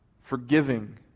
Forgiving